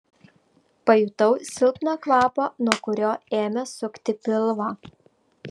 pajutau silpną kvapą nuo kurio ėmė sukti pilvą